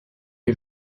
les